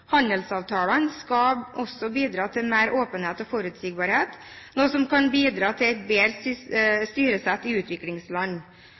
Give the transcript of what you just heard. Handelsavtalene skal også bidra til mer åpenhet og forutsigbarhet, noe som kan bidra til et bedre